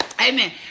Amen